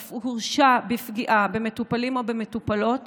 ואף הורשע בפגיעה במטופלים או במטופלות